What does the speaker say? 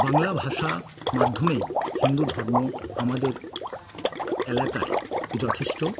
বাংলা ভাষা মাধ্যমে হিন্দু ধর্ম আমাদের এলাকায় যথেষ্ট